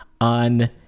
on